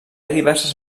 diverses